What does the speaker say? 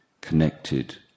connected